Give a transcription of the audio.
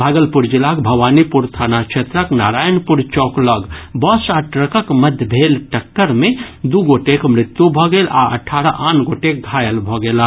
भागलपुर जिलाक भवानीपुर थाना क्षेत्रक नारायणपुर चौक लऽग बस आ ट्रकक मध्य भेल टक्कर मे दू गोटेक मृत्यु भऽ गेल आ अठारह आन गोटे घायल भऽ गेलाह